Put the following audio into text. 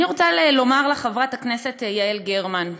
אני רוצה לומר לך, חברת הכנסת יעל גרמן: